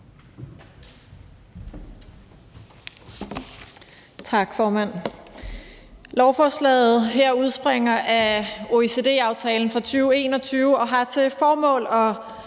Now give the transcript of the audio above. Tak, formand. Lovforslaget her udspringer af OECD-aftalen fra 2021 og har til formål at